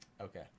okay